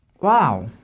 Wow